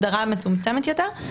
הגדרה מצומצמת יותר.